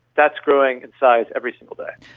that's growing in size every single day.